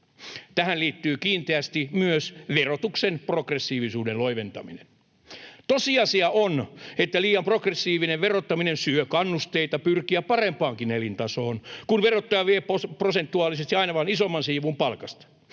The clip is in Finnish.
Tähän liittyy kiinteästi myös verotuksen progressiivisuuden loiventaminen. Tosiasia on, että liian progressiivinen verottaminen syö kannusteita pyrkiä parempaankin elintasoon, kun verottaja vie prosentuaalisesti aina vain isomman siivun palkasta.